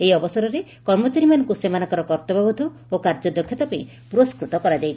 ଏହି ଅବସରରେ କର୍ମଚାରୀମାନଙ୍ଙ୍ ସେମାନଙ୍କର କର୍ଉବ୍ୟବୋଧ ଓ କାର୍ଯ୍ୟଦକ୍ଷତା ପାଇଁ ପୁରସ୍କୃତ କରାଯାଇଛି